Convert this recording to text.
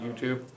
YouTube